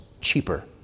cheaper